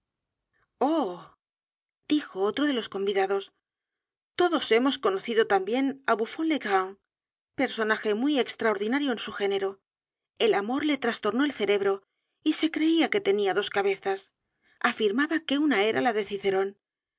dijo otro de los convidados todos hemos conocido también á buffón l e g r a n d personaje muy extraordinario en su género el amor le trastornó el cerebro y se creía que tenía dos cabezas afirmaba que u n a era la de cicerón